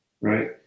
right